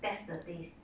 test the taste